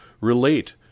relate